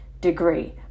degree